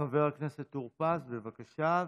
חבר הכנסת טור פז, בבקשה.